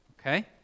okay